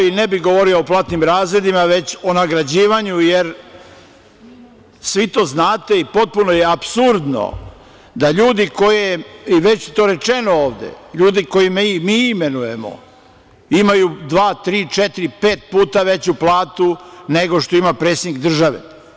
Ne bih govorio o platnim razredima, već o nagrađivanju jer svi to znate i potpuno je apsurdno da ljudi koje je, i već je to rečeno ovde, mi imenujemo imaju dva, tri, četiri, pet puta veću platu nego što ima predsednik države.